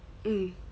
mm